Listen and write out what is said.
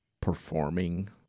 performing